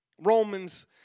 Romans